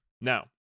Now